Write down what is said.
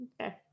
Okay